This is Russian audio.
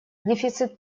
дефицит